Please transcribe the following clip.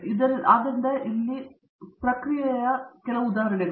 ಮತ್ತು ಆದ್ದರಿಂದ ಮತ್ತೆ ಪ್ರಕ್ರಿಯೆಗಳು ಅಲ್ಲಿ ಉದಾಹರಣೆಗಳು